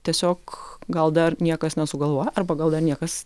tiesiog gal dar niekas nesugalvojo arba gal dar niekas